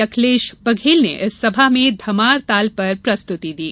यखलेश बघेल ने इस सभा में धमार ताल पर प्रस्तुति दी